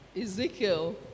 Ezekiel